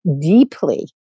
deeply